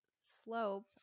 slope